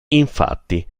infatti